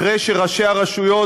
אחרי שראשי הרשויות,